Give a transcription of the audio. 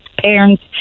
parents